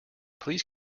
please